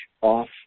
off